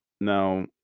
Now